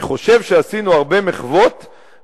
אני חושב שעשינו הרבה מחוות,